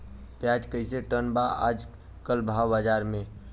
प्याज कइसे टन बा आज कल भाव बाज़ार मे?